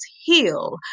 heal